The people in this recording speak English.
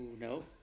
no